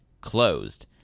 Closed